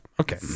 Okay